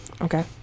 Okay